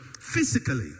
Physically